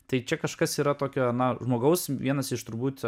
tai čia kažkas yra tokio nu žmogaus vienas iš turbūt